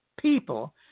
people